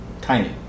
Tiny